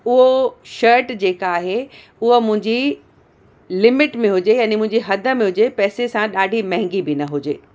उहो शर्ट जेका आहे उहा मुंहिंजी लिमिट में हुजे यानि मुंहिंजी हद में हुजे पैसे सां ॾाढी महांगी बि न हुजे